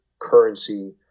currency